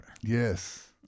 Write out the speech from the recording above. Yes